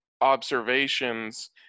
observations